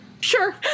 Sure